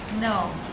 No